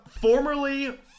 formerly